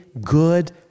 good